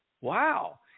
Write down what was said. Wow